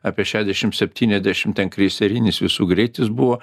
apie šešiasdešim septyniasdešim ten kreiserinis visų greitis buvo